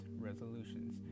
resolutions